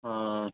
ہاں